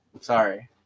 Sorry